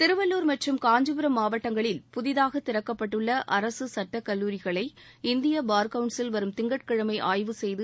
திருவள்ளூர் மற்றும் காஞ்சிபுரம் மாவட்டங்களில் புதிதாக திறக்கப்பட்டுள்ள அரசு சுட்டக் கல்லூரிகளை இந்திய பார் கவுன்சில் வரும் திங்கட்கிழமை ஆய்வு செய்து